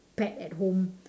pet at home